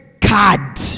card